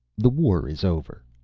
the war is over.